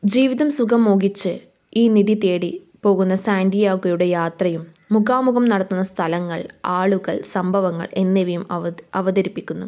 ജീവിതം സുഖം മോഹിച്ച് ഈ നിധി തേടി പോകുന്ന സാൻഡിയാഗോയുടെ യാത്രയും മുഖാമുഖം നടത്തുന്ന സ്ഥലങ്ങൾ ആളുകൾ സംഭവങ്ങൾ എന്നിവയും അവതരിപ്പിക്കുന്നു